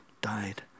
died